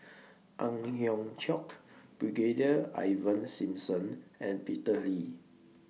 Ang Hiong Chiok Brigadier Ivan Simson and Peter Lee